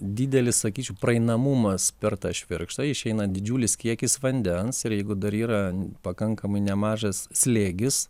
didelis sakyčiau praeinamumas per tą švirkštą išeina didžiulis kiekis vandens ir jeigu dar yra pakankamai nemažas slėgis